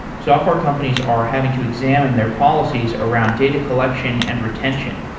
software companies are having to examine their policies around data collection and retention.